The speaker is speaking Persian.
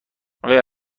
آیا